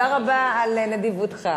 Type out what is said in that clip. תודה רבה על נדיבותך.